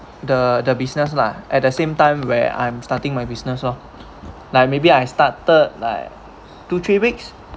the the business lah at the same time where I'm starting my business lor like maybe I started like two three weeks